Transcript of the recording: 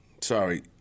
sorry